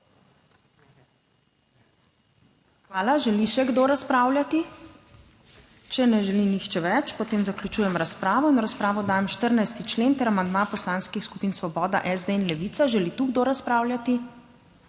Hvala. Bi še kdo razpravljal? (Ne.) Če ne, potem zaključujem razpravo. In v razpravo dajem 14. člen ter amandma Poslanskih skupin Svoboda, SD in Levica. Želi kdo razpravljati?